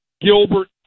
Gilbert